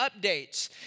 updates